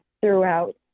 throughout